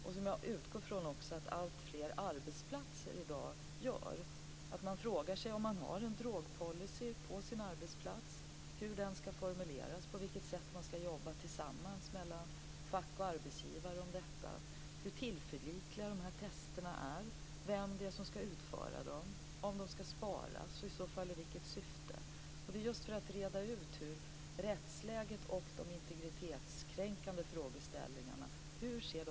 Jag utgår från att man på alltfler arbetsplatser frågar sig om det finns en drogpolicy, hur den skall formuleras, på vilket sätt fack och arbetsgivare skall arbeta tillsammans, hur tillförlitliga testen är, vem som skall utföra dem, om de skall sparas och i vilket syfte. Det gäller att reda ut rättsläget i fråga om de integritetskränkande frågorna.